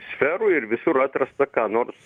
sferų ir visur atrasta ką nors